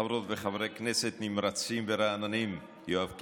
חברות וחברי כנסת נמרצים ורעננים, יואב קיש,